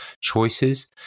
choices